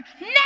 now